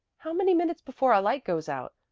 how many minutes before our light goes out?